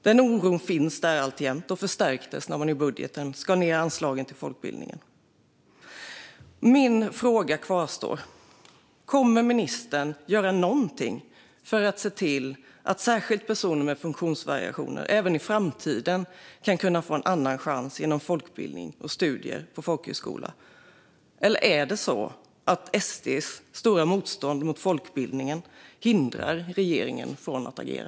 Den oron finns där alltjämt och förstärktes när man i budgeten skar ned anslagen till folkbildningen. Min fråga kvarstår: Kommer ministern att göra någonting för att se till att särskilt personer med funktionsvariationer även i framtiden kan få en annan chans genom folkbildningen och studier på folkhögskola, eller är det så att SD:s motstånd mot folkbildningen hindrar regeringen från att agera?